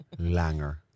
langer